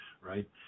right